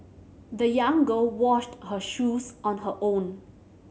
the young girl washed her shoes on her own